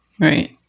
right